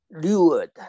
lured